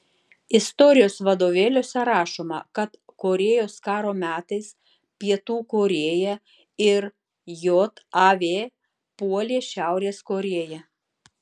istorijos vadovėliuose rašoma kad korėjos karo metais pietų korėja ir jav puolė šiaurės korėją